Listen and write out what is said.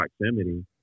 proximity